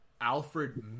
Alfred